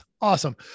awesome